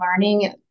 learning